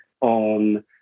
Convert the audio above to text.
on